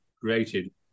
created